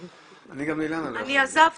אני גם לאילנה לא יכול להגיד.